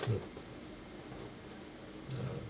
mm ah